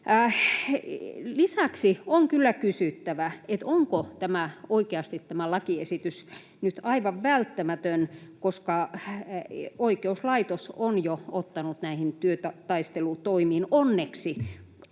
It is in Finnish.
Lisäksi on kyllä kysyttävä, onko oikeasti tämä lakiesitys nyt aivan välttämätön, koska oikeuslaitos on jo ottanut näihin työtaistelutoimiin, onneksi,